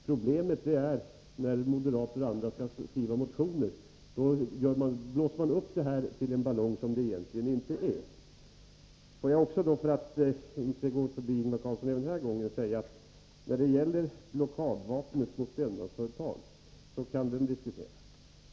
Problemet uppstår när moderater och andra skall skriva motioner. Då blåser man upp saken och gör den större än vad den egentligen är. Låt mig — för att inte även denna gång gå förbi Ingvar Karlsson — säga att blockadvapnet mot enmansföretag kan diskuteras.